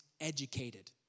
educated